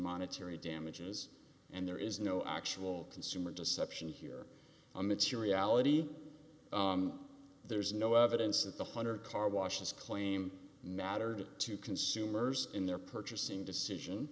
monetary damages and there is no actual consumer deception here on materiality there's no evidence that the hunter carwashes claim mattered to consumers in their purchasing decision